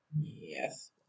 Yes